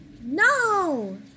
No